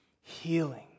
healing